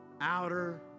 outer